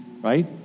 right